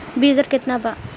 बीज दर केतना वा?